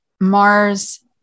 Mars